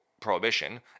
prohibition